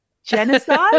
genocide